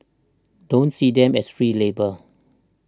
don't see them as free labour